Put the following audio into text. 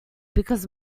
because